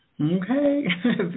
Okay